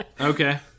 Okay